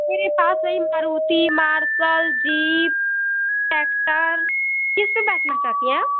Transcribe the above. मेरे पास यही मारुति मार्सल जीप ट्रॅकटर किस पर बैठना चाहती हैं आप